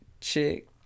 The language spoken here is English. chick